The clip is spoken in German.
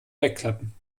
wegklappen